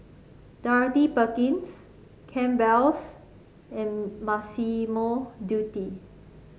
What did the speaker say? Dorothy Perkins Campbell's and Massimo Dutti